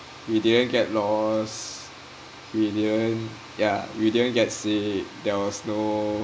we didn't get lost we didn't yeah we didn't get sick there was no